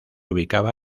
ubicaba